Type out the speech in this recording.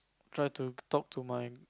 try to talk to my